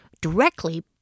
directly